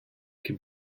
can